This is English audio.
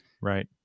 Right